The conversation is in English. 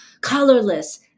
colorless